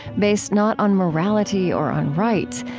based not on morality or on rights,